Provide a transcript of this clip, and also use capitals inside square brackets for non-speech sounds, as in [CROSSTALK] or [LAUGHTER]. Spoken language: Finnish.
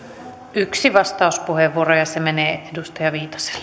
yksi vastauspuheenvuoro ja se menee edustaja viitaselle [UNINTELLIGIBLE]